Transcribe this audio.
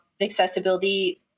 accessibility